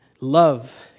Love